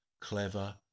Clever